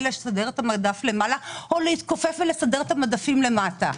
לסדר את המדפים למעלה או להתכופף ולסדר את המדפים למטה?